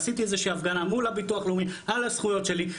עשיתי איזושהי הפגנה מול הביטוח לאומי על הזכויות שלי.